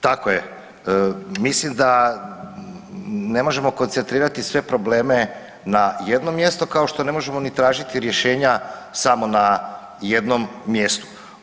Tako je, mislim da ne možemo koncentrirati sve probleme na jednom mjestu kao što ne možemo ni tražiti rješenja samo na jednom mjestu.